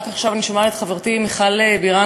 רק עכשיו אני שומעת את חברתי מיכל בירן,